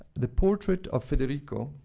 the portrait of federico